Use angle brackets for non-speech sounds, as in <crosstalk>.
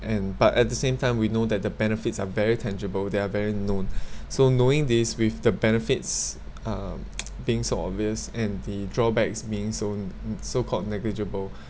and but at the same time we know that the benefits are very tangible they are very known <breath> so knowing this with the benefits uh <noise> being so obvious and the drawbacks being so so called negligible